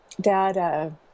Dad